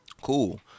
Cool